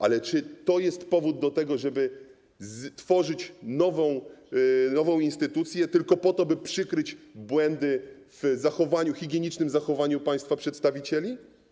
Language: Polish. Ale czy to jest powód do tego, żeby stworzyć nową instytucję tylko po to, by przykryć błędy w higienicznym zachowaniu państwa przedstawicieli?